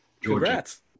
Congrats